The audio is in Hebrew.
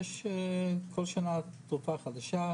יש כל שנה תרופות חדשות.